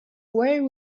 where